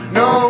no